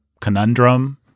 conundrum